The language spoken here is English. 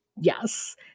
Yes